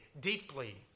deeply